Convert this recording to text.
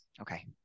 Okay